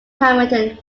hamilton